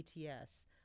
ETS